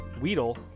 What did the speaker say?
weedle